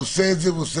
הוא עושה את זה בהצלחה.